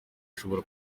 nshobora